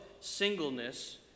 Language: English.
singleness